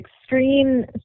extreme